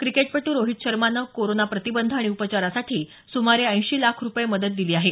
क्रिकेटपटू रोहित शर्माने कोरोना प्रतिबंध आणि उपचारासाठी सुमारे ऐंशी लाख रुपये मदत दिली आहे